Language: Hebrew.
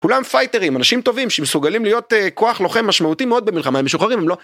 כולם פייטרים, אנשים טובים שמסוגלים להיות כוח לוחם משמעותי מאוד במלחמה, הם משוחררים, הם לא...